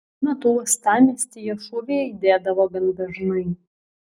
tuo metu uostamiestyje šūviai aidėdavo gan dažnai